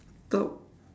top